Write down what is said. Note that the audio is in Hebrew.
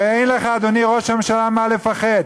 ואין לך, אדוני ראש הממשלה, מה לפחד.